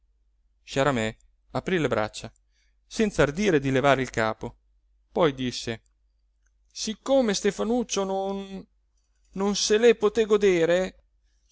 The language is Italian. rispondi sciaramè aprí le braccia senza ardire di levare il capo poi disse siccome stefanuccio non non se le poté godere